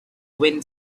wind